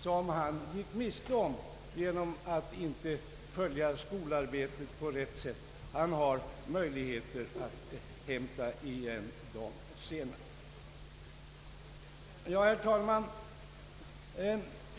som han gick miste om genom att inte följa skolarbetet på rätt sätt, har han möjlighet att hämta igen dem senare.